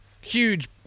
Huge